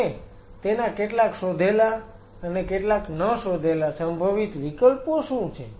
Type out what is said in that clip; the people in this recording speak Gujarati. અને તેના કેટલાક શોધેલા અને કેટલાક ન શોધેલા સંભવિત વિકલ્પો શું છે